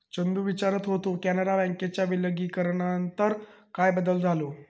चंदू विचारत होतो, कॅनरा बँकेच्या विलीनीकरणानंतर काय बदल झालो?